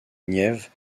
niévès